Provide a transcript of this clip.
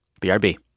brb